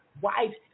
wife